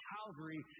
Calvary